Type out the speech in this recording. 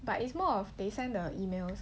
but it's more of they send the emails